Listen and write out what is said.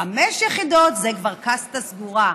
חמש יחידות זה כבר קאסטה סגורה,